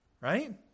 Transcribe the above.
Right